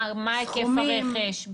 מה יכולת הרכש?